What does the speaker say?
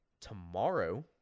tomorrow